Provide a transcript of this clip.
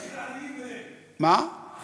הכי עניים שם.